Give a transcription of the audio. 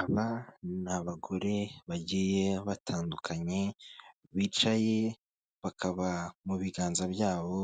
Aba ni abagore bagiye batandukanye bicaye bakaba mu biganza byabo